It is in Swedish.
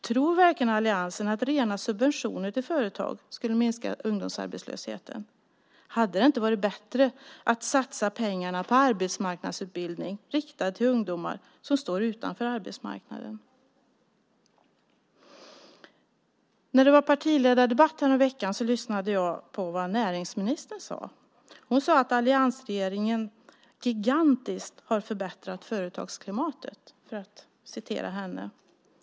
Tror verkligen alliansen att rena subventioner till företag skulle minska ungdomsarbetslösheten? Hade det inte varit bättre att satsa pengarna på arbetsmarknadsutbildning riktad till ungdomar som står utanför arbetsmarknaden? När det var partiledardebatt häromveckan lyssnade jag på vad näringsministern sade. Hon sade att alliansregeringen gigantiskt har förbättrat företagsklimatet, för att referera henne.